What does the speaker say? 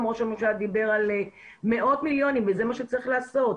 ראש הממשלה דיבר על מאות מיליונים וזה מה שצריך לעשות.